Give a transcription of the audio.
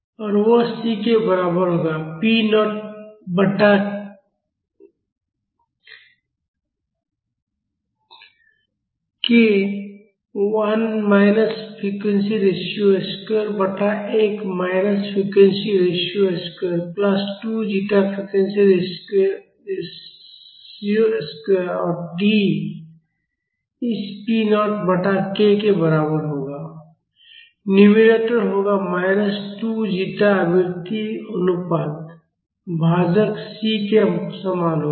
और वह C के बराबर होगा पी नॉट बटा के 1 माइनस फ्रिक्वेंसी रेशियो स्क्वायर बटा 1 minus frequency ratio square plus 2 zeta frequency ratio square और D इस पी नॉट बटा k के बराबर होगा न्यूमरेटर होगा माइनस 2 जीटा आवृत्ति अनुपात भाजक C के समान होगा